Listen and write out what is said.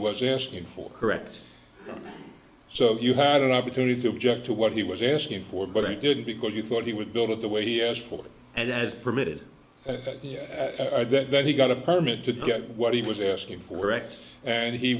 was asking for correct so you had an opportunity to object to what he was asking for but i didn't because you thought he would build it the way years for and as permitted that he got a permit to get what he was asking for ect and he